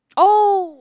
oh